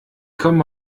komme